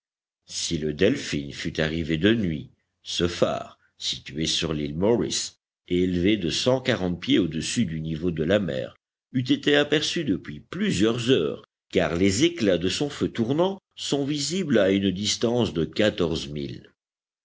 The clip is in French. si le delphin fût arrivé de nuit ce phare situé sur l'île morris et élevé de cent quarante pieds au-dessus du niveau de la mer eût été aperçu depuis plusieurs heures car les éclats de son feu tournant sont visibles à une distance de